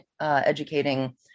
educating